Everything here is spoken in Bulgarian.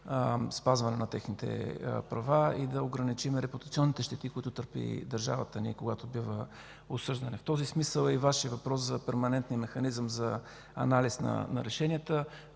спазване на техните права и да ограничим репутационните щети, които търпи държавата ни, когато бива осъждана. В този смисъл е и Вашият въпрос за перманентния механизъм за анализ на решенията.